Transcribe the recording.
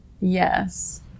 Yes